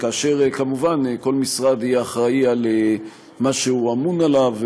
וכמובן כל משרד יהיה אחראי למה שהוא אמון עליו.